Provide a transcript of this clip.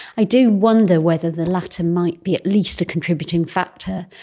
i do wonder whether the latter might be at least a contributing factor.